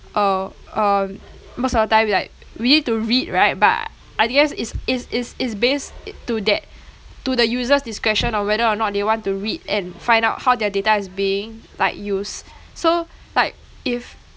uh uh most of the time like we need to read right but I guess it's it's it's it's based i~ to that the user's discretion on whether or not they want to read and find out how their data is being like used so like if